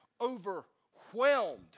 overwhelmed